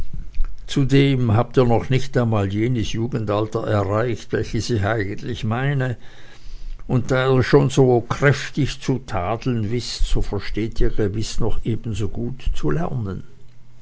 zudem habt ihr noch nicht einmal jenes jugendalter erreicht welches ich eigentlich meine und da ihr schon so kräftig zu tadeln wißt so versteht ihr gewiß noch ebensogut zu lernen